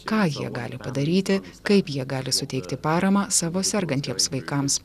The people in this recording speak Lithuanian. ką jie gali padaryti kaip jie gali suteikti paramą savo sergantiems vaikams